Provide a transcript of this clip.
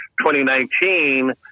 2019